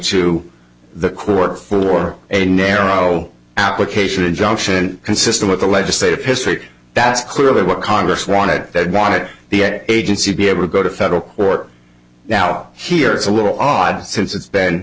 to the court for a narrow application injunction consistent with the legislative history that's clearly what congress wanted that wanted the agency be able to go to federal court now here it's a little odd since it's been